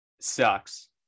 sucks